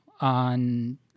on